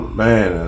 man